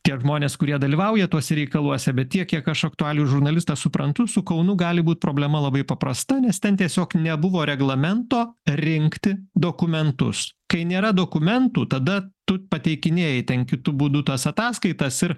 tie žmonės kurie dalyvauja tuose reikaluose bet tiek kiek aš aktualijų žurnalistas suprantu su kaunu gali būt problema labai paprasta nes ten tiesiog nebuvo reglamento rinkti dokumentus kai nėra dokumentų tada tu pateikinėji ten kitu būdu tas ataskaitas ir